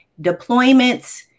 deployments